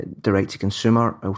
direct-to-consumer